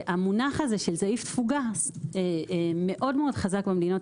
והמונח הזה של סעיף תפוגה מאוד-מאוד חזק במדינות